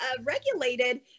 regulated